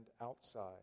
outside